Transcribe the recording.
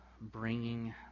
bringing